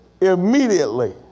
immediately